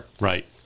Right